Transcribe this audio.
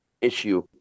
issue